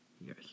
Yes